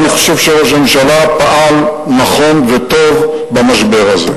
אני חושב שראש הממשלה פעל נכון וטוב במשבר הזה,